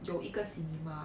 有一个 cinema